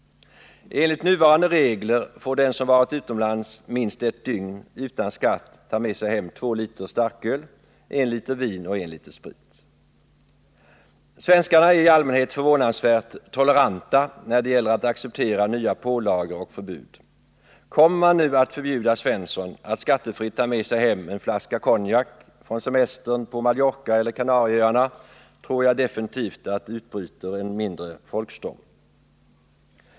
Enligt nuvarande regler får den som varit utomlands minst ett dygn utan skatt ta med sig hem två liter starköl, en liter vin och en liter sprit. Svenskarna är i allmänhet förvånansvärt toleranta när det gäller att acceptera nya pålagor och förbud. Kommer man nu att förbjuda Svensson att skattefritt ta med sig hem en flaska konjak från semestern på Mallorca eller Kanarieöarna, tror jag definitivt att det utbryter en mindre folkstorm.